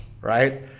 right